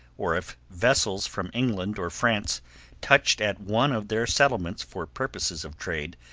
or if vessels from england or france touched at one of their settlements for purposes of trade,